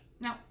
No